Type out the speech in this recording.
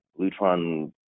Lutron